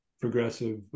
progressive